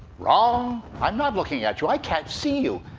wrong. i'm not looking at you. i can't see you.